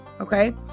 Okay